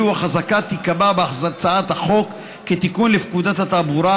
ואילו החזקה תיקבע בהצעת החוק כתיקון לפקודת התעבורה,